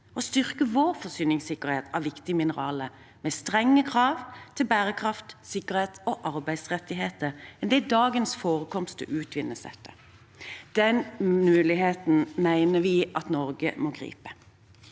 og styrke vår forsyningssikkerhet av viktige mineraler, med strengere krav til bærekraft, sikkerhet og arbeidsrettigheter enn det dagens forekomster utvinnes etter. Den muligheten mener vi at Norge må gripe.